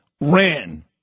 ran